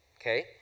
okay